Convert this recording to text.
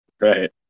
Right